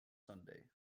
sunday